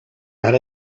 got